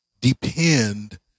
depend